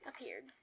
appeared